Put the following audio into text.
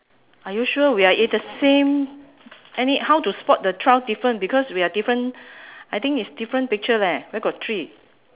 are you sure we are in the same any how to spot the twelve different because we are different I think is different picture leh where got tree